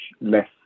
less